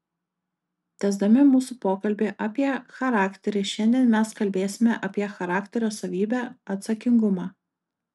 tęsdami mūsų pokalbį apie charakterį šiandien mes kalbėsime apie charakterio savybę atsakingumą